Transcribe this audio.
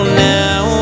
now